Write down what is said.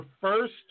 first